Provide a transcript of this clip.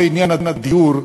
בעניין הדיור,